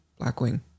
blackwing